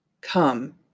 Come